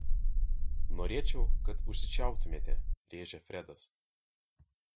norėčiau kad užsičiauptumėte rėžia fredas